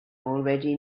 already